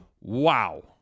Wow